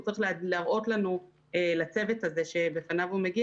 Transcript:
הוא צריך להראות לצוות שבפניו הוא מופיע